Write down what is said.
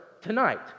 tonight